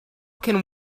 can